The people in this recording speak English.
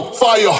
fire